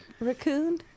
raccoon